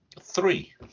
three